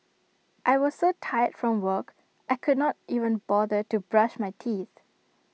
I was so tired from work I could not even bother to brush my teeth